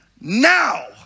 now